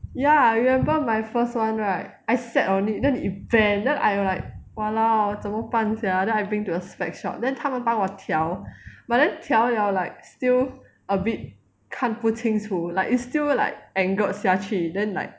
ya remember my first one right I sat on it then it bend then I like !walao! 怎么办 sia then I bring to the spec shop then 他们帮我调 but then 调 liao like still a bit 看不清楚 like it's still like angled 下去 then like